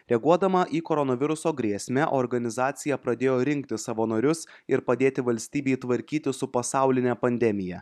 reaguodama į koronaviruso grėsmę organizacija pradėjo rinkti savanorius ir padėti valstybei tvarkytis su pasauline pandemija